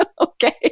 Okay